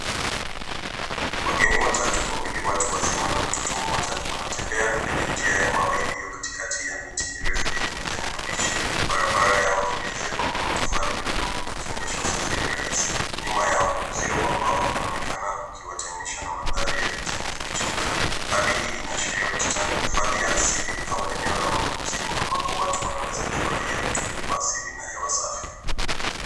Wageni watatu; wawili watu wazima na mtoto mmoja wanatembea kwenye njia ya mawe iliyo katikati ya miti mirefu yenye majani mabichi. Barabara yao imeezekwa kwa matofali mekundu ikionyesha usafiri rahisi. Nyuma yao uzio wa mbao unaonekana kukiwatenganisha na mandhari ya kijani kibichi mbali. Hali hii inaashiria bustani ya asili au eneo la mapumziko ambapo watu wanaweza kufurahia utulivu wa asili na hewa safi.